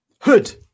Hood